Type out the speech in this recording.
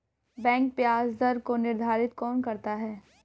Bank ब्याज दर को निर्धारित कौन करता है?